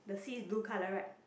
the sea is blue color right